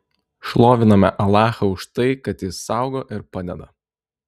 šloviname alachą už tai kad jis saugo ir padeda